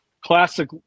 classic